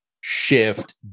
shift